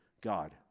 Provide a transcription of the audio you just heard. God